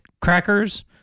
crackers